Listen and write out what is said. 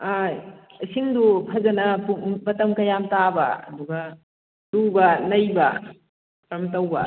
ꯑꯥ ꯏꯁꯤꯡꯗꯨ ꯐꯖꯅ ꯄꯨꯡ ꯃꯇꯝ ꯀꯌꯥꯝ ꯇꯥꯕ ꯑꯗꯨꯒ ꯂꯨꯕ ꯅꯩꯕ ꯀꯔꯝ ꯇꯧꯕ